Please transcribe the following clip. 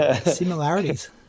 similarities